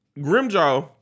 Grimjaw